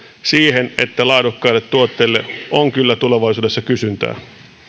siihen että laadukkaille tuotteille on kyllä tulevaisuudessa kysyntää